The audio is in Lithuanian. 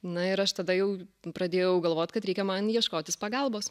na ir aš tada jau pradėjau galvot kad reikia man ieškotis pagalbos